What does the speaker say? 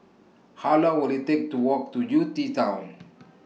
How Long Will IT Take to Walk to U T Town